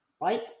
right